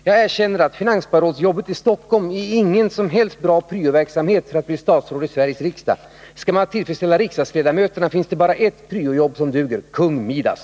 Jag erkänner att finansborgarrådsjobbet i Stockholm inte är någon bra pryoverksamhet för att bli statsråd i Sveriges riksdag — skall man tillfredsställa riksdagsledamöterna, finns det bara ett pryojobb som duger: Kung Midas.